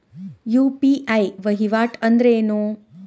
UPI ವಹಿವಾಟ್ ಅಂದ್ರೇನು?